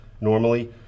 normally